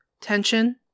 Tension